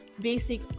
basic